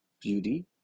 beauty